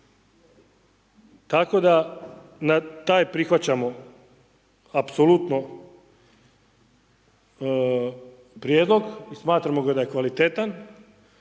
Tako da na taj prihvaćamo apsolutno prijedlog, smatramo ga da je kvalitetan